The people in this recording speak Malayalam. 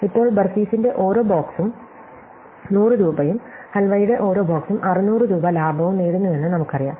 ഇപ്പോൾ ബാർഫിസിന്റെ ഓരോ ബോക്സും 100 രൂപയും ഹൽവയുടെ ഓരോ ബോക്സും 600 രൂപ ലാഭവും നേടുന്നുവെന്ന് നമുക്കറിയാം